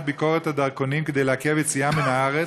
ביקורת הדרכונים כדי לעכב יציאה מן הארץ,